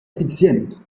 effizient